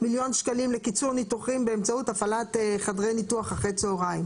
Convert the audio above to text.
מיליון שקלים לקיצור ניתוחים באמצעות הפעלת חדרי ניתוח אחרי צהריים.